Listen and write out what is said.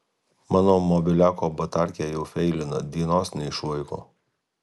mano mobiliako batarkė jau feilina dienos neišlaiko